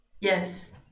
Yes